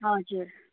हजुर